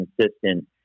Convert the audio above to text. consistent